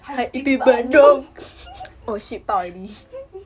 还有一杯 bandung